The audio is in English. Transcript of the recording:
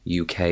UK